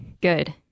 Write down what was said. Good